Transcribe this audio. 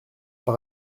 par